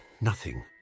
Nothing